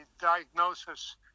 diagnosis